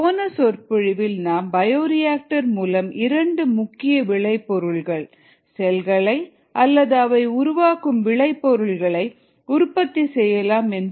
போன சொற்பொழிவில் நாம் பயோரியாக்டர் மூலம் இரண்டு முக்கிய விளைபொருள்கள் செல்களை அல்லது அவை உருவாக்கும் விளைபொருள்களை உற்பத்தி செய்யலாம் என்று